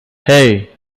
hey